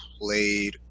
played